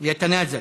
יתנאזל,